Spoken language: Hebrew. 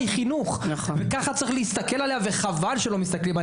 ואני חלילה לא מתכוונת